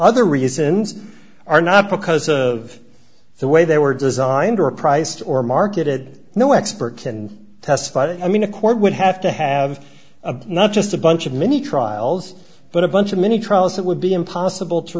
other reasons are not because of the way they were designed or priced or marketed no expert can testify i mean a court would have to have a not just a bunch of many trials but a bunch of many trials that would be impossible to